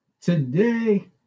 today